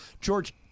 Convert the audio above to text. George